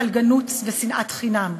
פלגנות ושנאת חינם.